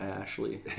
Ashley